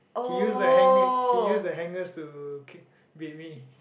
he use the hang he use the hangers to ca~ beat me